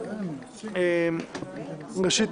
ראשית,